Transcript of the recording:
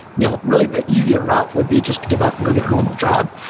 you know really the easier route would be just to give up and go get a normal job.